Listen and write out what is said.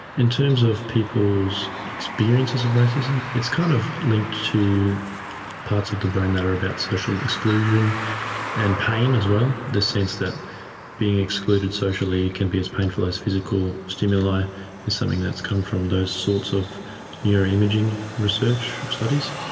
in terms of people's experiences of racism, it's kind of linked to parts of the brain that are about social exclusion and pain as well, the sense that being excluded socially can be as painful as physical stimuli is something that has come from those sorts of neuroimaging research studies.